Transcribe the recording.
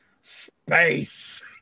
Space